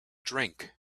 drink